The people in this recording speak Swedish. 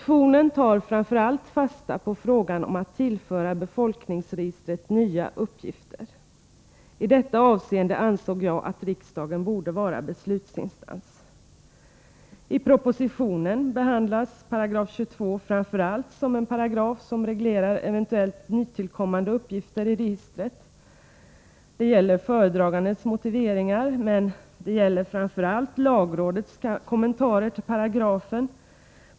Motionen tar framför allt fasta på frågan om att tillföra befolkningsregistret nya uppgifter. I detta avseende ansåg jag att riksdagen borde vara beslutsinstans. I propositionen behandlas 22 § framför allt som en paragraf som reglerar eventuellt nytillkommande uppgifter i registret. Det gäller föredragandens motiveringar, och det gäller framför allt lagrådets kommentarer till paragrafen.